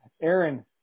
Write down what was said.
Aaron